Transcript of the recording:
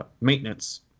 maintenance